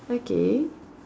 okay